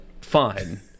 fine